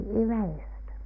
erased